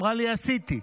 היא אומרה לי: עשיתי.